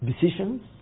decisions